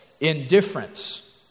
indifference